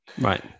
right